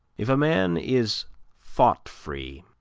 if a man is thought-free,